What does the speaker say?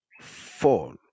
fall